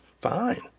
fine